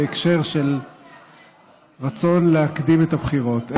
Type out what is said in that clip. בהקשר של רצון להקדים את הבחירות.